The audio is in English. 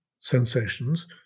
sensations